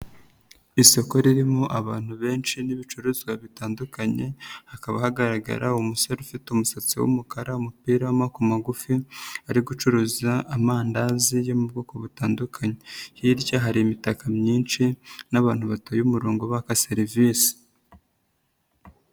Isoko ririmo abantu benshi n'ibicuruzwa bitandukanye hakaba hagaragara umusore ufite umusatsi w'umukara, umupira w'amaboko magufi ari gucuruza amandazi yo mu bwoko butandukanye, hirya hari imitaka myinshi n'abantu batoye umurongo baka serivise.